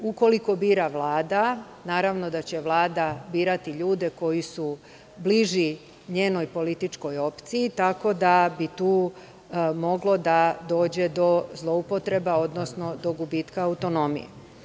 Ukoliko bira Vlada, naravno da će Vlada birati ljude koji su bliži njenoj političkoj opciji, tako da bi tu moglo da dođe do zloupotreba, odnosno do gubitka autonomije.